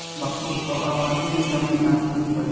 बाकिर अब आबादी के सामने ना टिकी पाई